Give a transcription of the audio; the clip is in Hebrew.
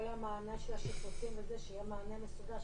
כל המענה של השיפוצים, שיהיה מענה מסודר,